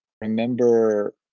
remember